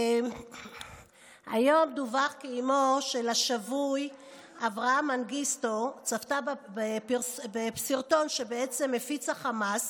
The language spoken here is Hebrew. היום דווח כי אימו של השבוי אברה מנגיסטו צפתה בסרטון שהפיץ החמאס,